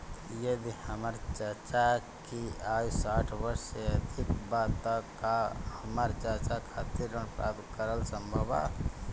यदि हमर चाचा की आयु साठ वर्ष से अधिक बा त का हमर चाचा खातिर ऋण प्राप्त करल संभव बा